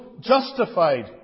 justified